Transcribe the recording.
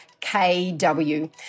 K-W